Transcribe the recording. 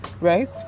right